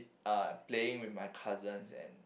uh playing with my cousins and